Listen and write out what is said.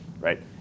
right